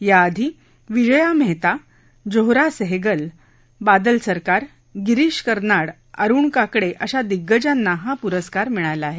याआधी विजया मेहता जौहरा सैहगल बादल सरकार गिरीश कर्नाड अरुण काकडे अशा दिग्गजांना हा पुरस्कार मिळाला आहे